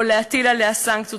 או להטיל עליה סנקציות,